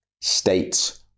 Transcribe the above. states